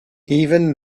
even